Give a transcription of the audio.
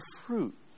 fruit